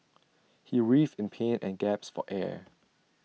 he writhed in pain and gasped for air